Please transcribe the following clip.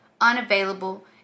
unavailable